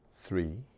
three